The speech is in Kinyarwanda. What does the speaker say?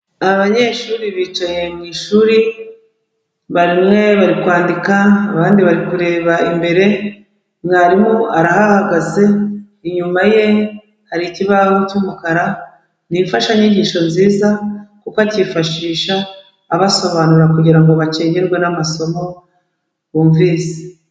Abanyeshuri bicaye mu ishuri bamwe bari kwandika, abandi bari kureba imbere mwarimu arahahagaze, inyuma ye hari ikibaho cy'umukara ni imfashanyigisho nziza, kuko akifashisha abasobanurira kugira ngo bacengerwe n'amasomo bumvise.